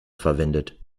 verwendet